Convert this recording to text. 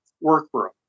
workroom